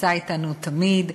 שנמצא אתנו תמיד,